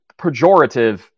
pejorative